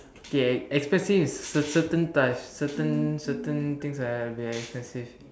okay expensive is certain certain types certain certain things I have to be expensive